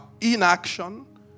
inaction